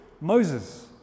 Moses